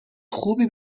خوبی